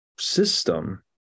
system